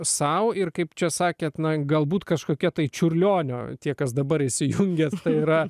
sau ir kaip čia sakė na galbūt kažkokia tai čiurlionio tie kas dabar įsijungia yra